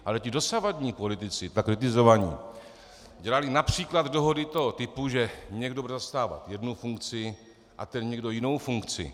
Ale ti dosavadní politici, tak kritizovaní, dělali například dohody toho typu, že někdo bude zastávat jednu funkci a ten někdo jinou funkci.